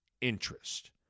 interest